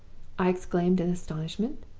i exclaimed, in astonishment.